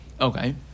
Okay